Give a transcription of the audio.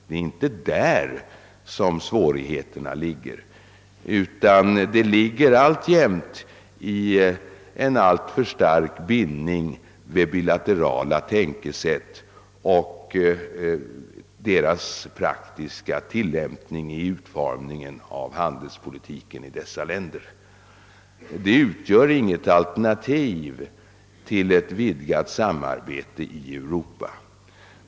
Det är inte på detta område som svårigheterna ligger utan dessa består alltjämt i en alltför stark bindning vid bilaterala tänkesätt och i den praktiska utformningen av handelspolitiken i östländerna. Detta utgör alltså inget alternativ till ett vidgat samarbete i Europa.